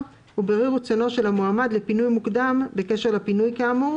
ובירור רצונו של המועמד לפינוי מוקדם בקשר לפינוי כאמור,